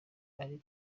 ari